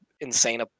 insane